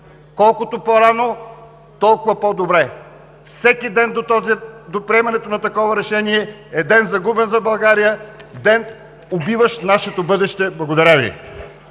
колкото по-рано, толкова по-добре! Всеки ден до приемането на такова решение е ден, загубен за България, ден, убиващ нашето бъдеще. Благодаря Ви.